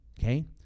Okay